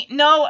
no